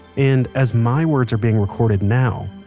and as my words are being recorded now,